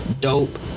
dope